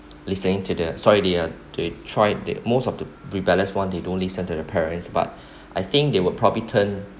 listening to the sorry they are to try the most of the rebellious one they don't listen to the parents but I think they would probably turn